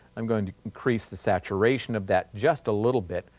i'm going to increase the saturation of that, just a little bit,